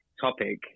topic